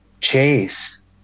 chase